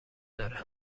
داره